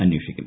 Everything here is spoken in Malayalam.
അന്വേഷിക്കും